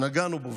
שנגענו בו,